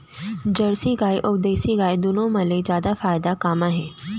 Jersey गाय अऊ देसी गाय दूनो मा ले जादा फायदा का मा हे?